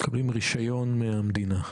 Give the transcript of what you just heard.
מקבלות רישיון מהמדינה.